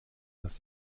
dass